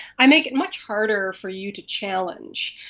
i make it much harder for you to challenge,